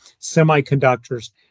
semiconductors